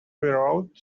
roared